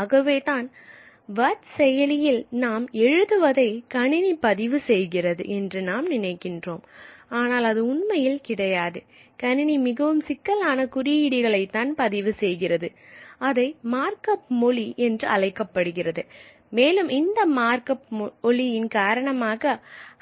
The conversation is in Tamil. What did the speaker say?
ஆகவேதான் வேர்டு செயலியில் நாம் எழுதுவதை கணினி பதிவு செய்கிறது என்று நாம் நினைக்கின்றோம் ஆனால் அது உண்மையில் கிடையாது கணினி மிகவும் சிக்கலான குறியீடுகளை தான் பதிவு செய்கிறது அதை மார்க்கப் மொழி என்று அழைக்கப்படுகிறது மேலும் இந்த மார்க் அப் மொழியின் காரணமாக